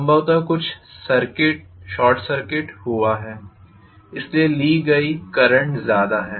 संभवत कुछ short circuit हुआ है इसलिए ली गई वर्तमान करंट ज़्यादा है